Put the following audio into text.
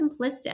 simplistic